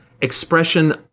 expression